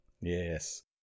Yes